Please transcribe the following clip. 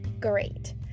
great